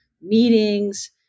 meetings